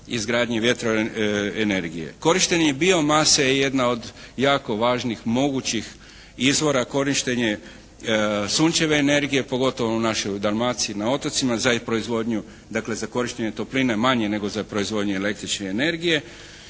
izgradnje vjetroenergije. Korištenje bio mase je jedna od jako važnih mogućih izvora. Korištenje sunčeve energije pogotovo u našoj Dalmaciji, na otocima za proizvodnju dakle za korištenje topline manje nego za proizvodnju električne energije.